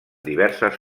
diverses